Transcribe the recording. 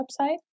website